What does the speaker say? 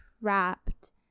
trapped